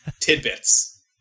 tidbits